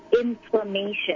inflammation